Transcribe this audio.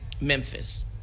Memphis